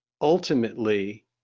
Ultimately